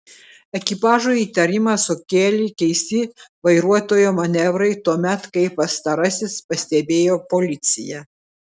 ekipažui įtarimą sukėlė keisti vairuotojo manevrai tuomet kai pastarasis pastebėjo policiją